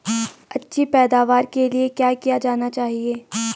अच्छी पैदावार के लिए क्या किया जाना चाहिए?